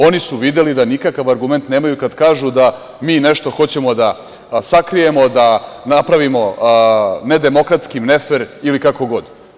Oni su videli da nikakav argument nemaju kada kažu da mi nešto hoćemo da sakrijemo, da napravimo nedemokratski, nefer ili kako god.